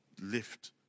lift